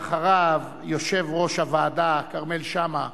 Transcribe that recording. לאחריו יושב-ראש הוועדה כרמל שאמה,